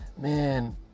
man